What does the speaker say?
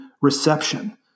reception